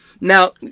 Now